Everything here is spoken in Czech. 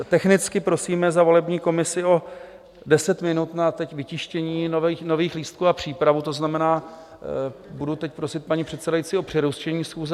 Technicky prosíme za volební komisi o deset minut na vytištění nových lístků a přípravu, to znamená, budu teď prosit paní předsedající o přerušení schůze.